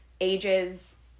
ages